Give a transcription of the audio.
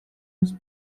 els